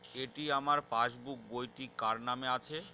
এটি আমার পাসবুক বইটি কার নামে আছে?